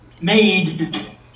made